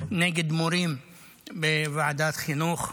נגד מורים בוועדת החינוך,